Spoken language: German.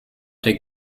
der